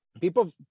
people